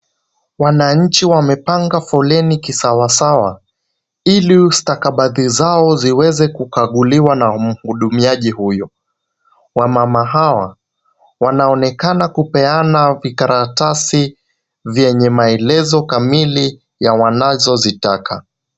Wananchi wamepanga foleni kisawasawa ili stakabadhi zao ziweze kukaguliwa na mhudumiaji huyo, wamama hawa wanaonekana kupeana vikaratasi vyenye maelezo kamili ya wanazozitaka.